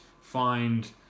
find